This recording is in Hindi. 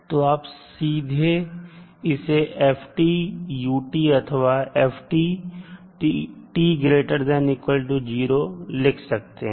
तो आप सीधे इसे f u अथवा f t लिख सकते हैं